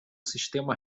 sistema